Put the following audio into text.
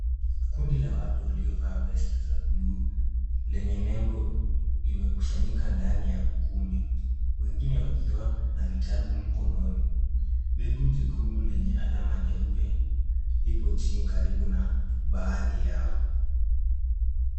Kundi ya watu waliovaa vest za bluu lenye nembo imekusanyika ndani ya ukumbi, wengine wakiwa na vitabu mkononi. Begi jekundu lenye alama nyeupe lipo chini karibu na baadhi yao.